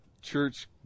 church